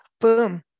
Boom